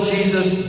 Jesus